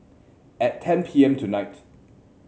at ten P M tonight